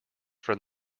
from